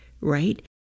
right